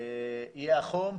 איי החום,